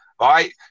Right